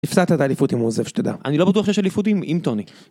הפסדת את האליפות אם הוא עוזב שתדע.אני לא בטוח שיש אליפות עם טוני